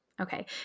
Okay